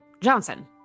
Johnson